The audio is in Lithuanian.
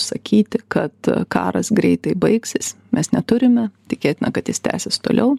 sakyti kad karas greitai baigsis mes neturime tikėtina kad jis tęsis toliau